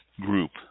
Group